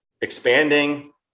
expanding